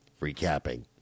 Recapping